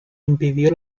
impidió